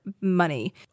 money